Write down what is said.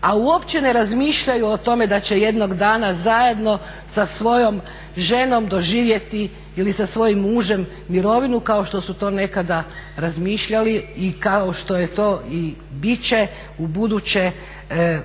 a uopće ne razmišljaju o tome da će jednog dana zajedno sa svojom ženom doživjeti ili sa svojim mužem mirovinu kao što su to nekada razmišljali i kao što je to i bit će ubuduće